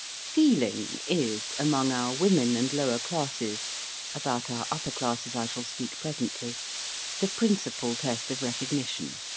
feeling is, among our women and lower classes about our upper classes i shall speak presently the principal test of recognition,